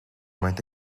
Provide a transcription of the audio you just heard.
might